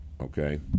Okay